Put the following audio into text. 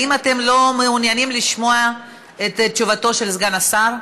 האם אתם לא מעוניינים לשמוע את תשובתו של סגן השר?